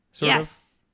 Yes